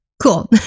Cool